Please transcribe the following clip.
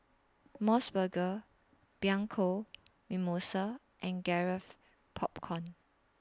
Mos Burger Bianco Mimosa and Garrett Popcorn